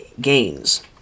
gains